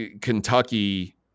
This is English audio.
Kentucky